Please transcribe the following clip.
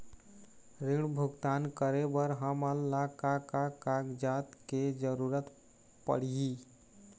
ऋण भुगतान करे बर हमन ला का का कागजात के जरूरत पड़ही?